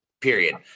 period